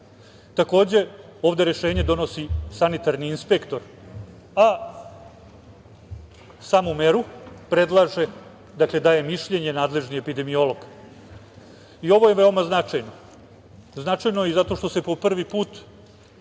Takođe, ovde rešenje donosi sanitarni inspektor, a samu meru predlaže, dakle daje mišljenje, nadležni epidemiolog.I ovo je veoma značajno. Značajno i zato što se po prvi put